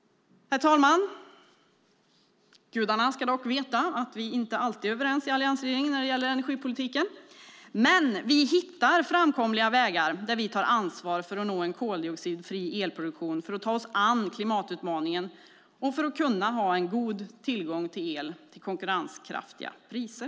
Herr talman! Gudarna ska veta att vi i Alliansen inte alltid är överens när det gäller energipolitiken. Men vi hittar framkomliga vägar där vi tar ansvar för att nå en koldioxidfri elproduktion, för att ta oss an klimatutmaningen och för att kunna ha en god tillgång till el till konkurrenskraftiga priser.